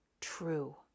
true